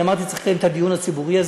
אמרתי, צריך לקיים את הדיון הציבורי הזה.